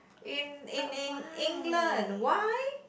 in in in England why